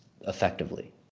effectively